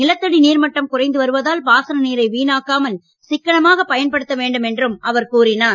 நிலத்தடி நீர் மட்டம் குறைந்து வருவதால் பாசன நீரை வீணாக்காமல் சிக்கனமாக பயன்படுத்த வேண்டும் என்று அவர் கூறினார்